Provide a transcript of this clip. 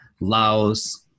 Laos